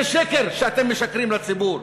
זה שקר שאתם משקרים לציבור.